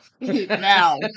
Now